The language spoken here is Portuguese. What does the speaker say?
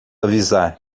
avisar